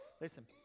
Listen